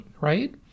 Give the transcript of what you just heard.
right